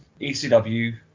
ECW